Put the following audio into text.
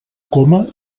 coma